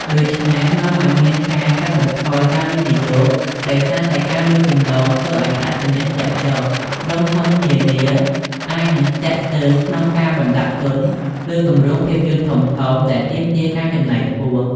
ដូច្នេះនាំឲ្យមានការ កាត់បន្ថយការវិនិយោគ ដោយសារតែការលួចចម្លងធ្វើឱ្យប្រាក់ចំណេញធ្លាក់ចុះ ក្រុមហ៊ុននានាអាចនឹងស្ទាក់ស្ទើរក្នុងការបណ្ដាក់ទុនលើគម្រោងភាពយន្តធំៗ ដែលទាមទារការចំណាយខ្ពស់។